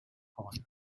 thought